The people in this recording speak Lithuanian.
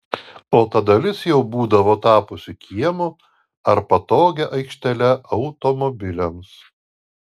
o ta dalis jau būdavo tapusi kiemu ar patogia aikštele automobiliams